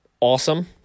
awesome